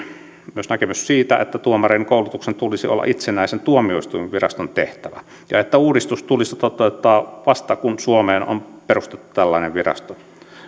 myös näkemys siitä että tuomareiden koulutuksen tulisi olla itsenäisen tuomioistuinviraston tehtävä ja että uudistus tulisi toteuttaa vasta kun suomeen on perustettu tällainen virasto